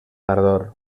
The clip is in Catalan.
tardor